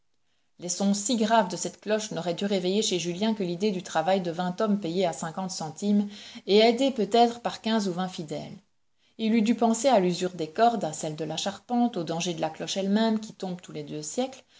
sons si graves de cette cloche n'auraient dû réveiller chez julien que l'idée du travail de vingt hommes payés à cinquante centimes et aides peut-être par quinze ou vingt fidèles il eût dû penser à l'usure des cordes à celle de la charpente au danger de la cloche elle-même qui tombe tous les deux siècles